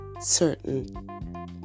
certain